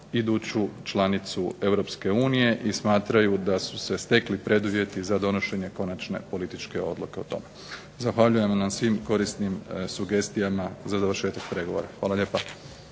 iduću članicu Europske unije i smatraju da su se stekli preduvjeti za donošenje konačne političke odluke o tome. Zahvaljujem na svim korisnim sugestijama za dovršetak pregovora. Hvala.